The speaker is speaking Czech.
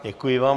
Děkuji vám.